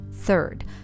Third